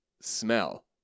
Smell